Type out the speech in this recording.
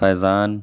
فیضان